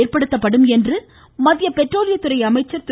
ஏற்படுத்தப்படும் என்று மத்திய பெட்ரோலியத்துறை அமைச்சர் திரு